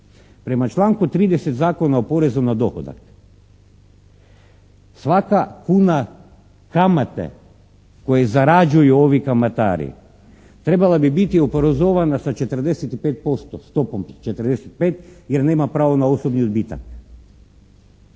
prema članku 30. Zakonu o porezu na dohodak, svaka kuna kamate koju zarađuju ovi kamatari trebala bi oporezovana sa 45%, stopom 45 jer nema pravo na osobni odbitak.